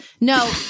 No